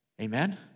Amen